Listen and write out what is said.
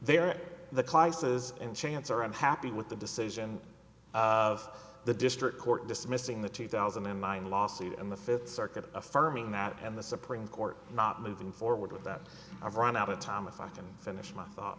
are the classes in chance are unhappy with the decision of the district court dismissing the two thousand and nine lawsuit and the fifth circuit affirming that and the supreme court not moving forward with that i've run out of time if i can finish my thought